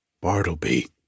Bartleby